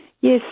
Yes